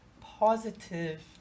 positive